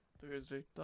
Thursday